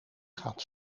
gaat